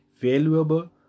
Valuable